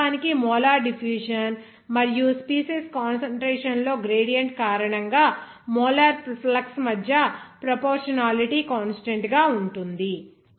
ఇది వాస్తవానికి molar diffusion మరియు స్పీసీస్ కాన్సంట్రేషన్ లో గ్రేడియంట్ కారణంగా మోలార్ ఫ్లక్స్ మధ్య ప్రోపోర్షనాలిటీ కాన్స్టాంట్ గా ఉంటుంది